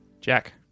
Jack